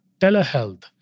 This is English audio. telehealth